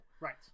right